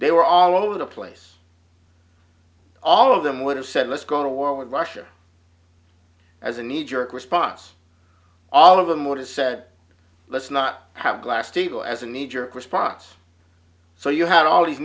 they were all over the place all of them would have said let's go to war with russia as a kneejerk response all of them what is said let's not have glass steagall as a kneejerk response so you had all these